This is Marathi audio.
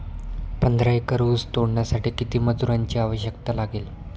पंधरा एकर ऊस तोडण्यासाठी किती मजुरांची आवश्यकता लागेल?